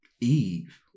Eve